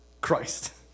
Christ